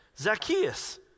Zacchaeus